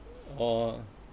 orh